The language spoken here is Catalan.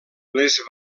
les